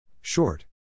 Short